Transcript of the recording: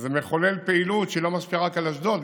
זה מחולל פעילות שלא משפיעה רק על אשדוד,